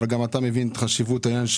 אבל גם אתה מבין את חשיבות העניין,